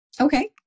Okay